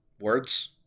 words